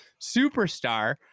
superstar